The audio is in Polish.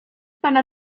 pana